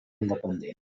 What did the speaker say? independent